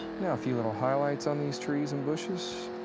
now, a few little highlights on these trees and bushes.